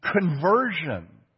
conversion